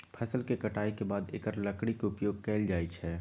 फ़सल के कटाई के बाद एकर लकड़ी के उपयोग कैल जाइ छइ